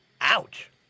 Ouch